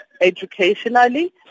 educationally